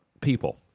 people